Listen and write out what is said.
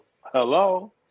Hello